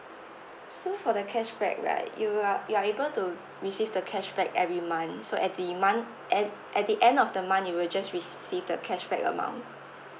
so for the cashback right you are you are able to receive the cashback every month so at the month end at the end of the month you will just receive the cashback amount